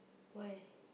why